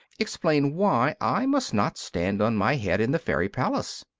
explain why i must not stand on my head in the fairy palace,